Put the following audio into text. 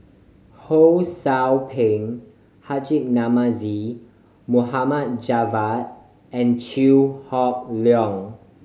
Ho Sou Ping Haji Namazie Mohd Javad and Chew Hock Leong